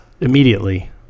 immediately